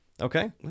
Okay